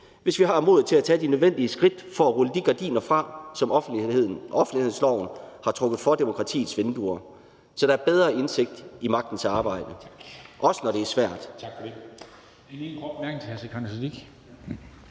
hvis vi har modet til at tage de nødvendige skridt for at trække de gardiner fra, som offentlighedsloven har trukket for demokratiets vinduer, så der kommer bedre indsigt i magtens arbejde – også når det er svært.